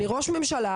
אני ראש ממשלה,